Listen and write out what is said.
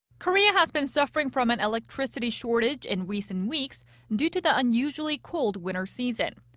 korea has been suffering from an electricity shortage in recent weeks due to the unusually cold winter season.